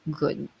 good